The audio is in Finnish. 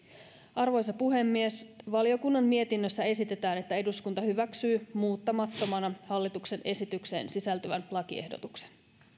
arvoisa puhemies valiokunnan mietinnössä esitetään että eduskunta hyväksyy muuttamattomana hallituksen esitykseen sisältyvän lakiehdotuksen